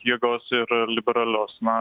jėgos ir liberalios na